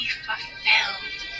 fulfilled